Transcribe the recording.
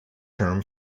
term